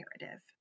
narrative